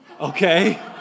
Okay